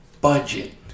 budget